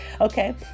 Okay